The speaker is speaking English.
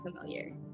familiar